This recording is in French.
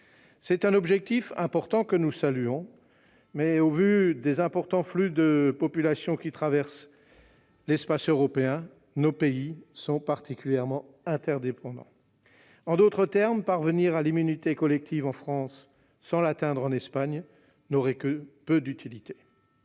C'est un objectif important, que nous saluons, mais, au vu des importants flux de population qui traversent l'espace européen, nos pays sont particulièrement interdépendants. En d'autres termes, parvenir à l'immunité collective en France sans l'atteindre en Espagne n'aurait que peu d'utilité.